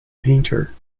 painter